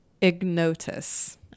Ignotus